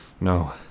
No